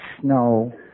snow